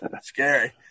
Scary